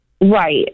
Right